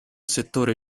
settore